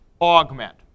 augment